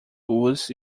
ruas